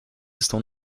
estão